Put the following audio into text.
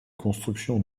construction